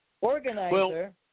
organizer